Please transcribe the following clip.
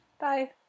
Bye